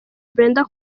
brenda